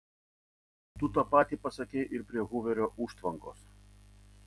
tu tą patį pasakei ir prie huverio užtvankos